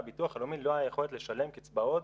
לביטוח הלאומי לא היה יכולת לשלם קצבאות